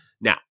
Now